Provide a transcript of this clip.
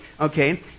okay